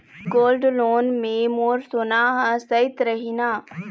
Gold loan मे मोर सोना हा सइत रही न?